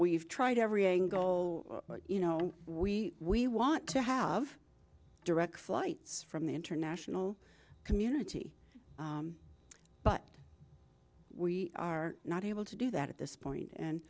we've tried every angle you know we we want to have direct flights from the international community but we are not able to do that at this point and